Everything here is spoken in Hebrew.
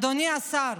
אדוני השר,